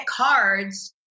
cards